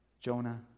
Jonah